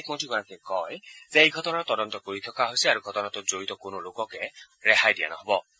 বিদেশ মন্ত্ৰীগৰাকীয়ে কয় যে এই ঘটনাৰ তদন্ত কৰি থকা হৈছে আৰু ঘটনাটোত জড়িত কোনো লোককে ৰেহাই দিয়া নহ'ব